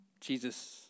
Jesus